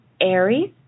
Aries